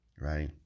Right